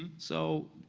so,